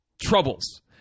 troubles